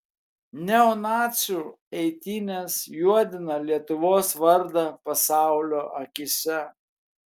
neonacių eitynės juodina lietuvos vardą pasaulio akyse